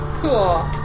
Cool